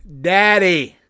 Daddy